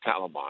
Taliban